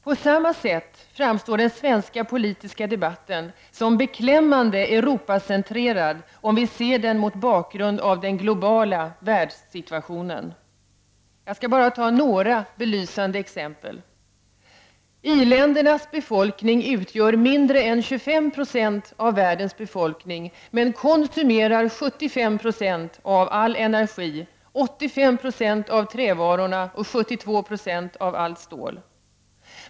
På samma sätt framstår den svenska politiska debatten som beklämmande Europacentrerad, om vi ser den mot bakgrund av den globala världssituationen. Jag skall bara ta några belysande exempel. —- I-ländernas befolkning utgör mindre än 25 96 av världens befolkning men konsumerar 75 96 av all energi, 85 20 av trävarorna och 72 90 av allt stål.